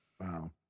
Wow